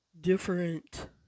different